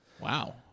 Wow